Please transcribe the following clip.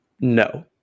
No